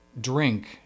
drink